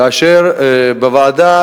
שבוועדה